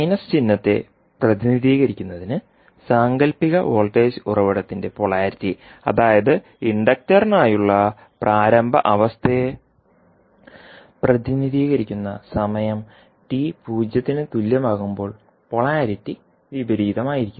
minus ചിഹ്നത്തെ പ്രതിനിധീകരിക്കുന്നതിന് സാങ്കൽപ്പിക വോൾട്ടേജ് ഉറവിടത്തിന്റെ പൊളാരിറ്റി അതായത് ഇൻഡക്റ്ററിനായുള്ള പ്രാരംഭ അവസ്ഥയെ പ്രതിനിധീകരിക്കുന്ന സമയം t പൂജ്യത്തിനു തുല്യമാകുമ്പോൾ പൊളാരിറ്റി വിപരീതമായിരിക്കും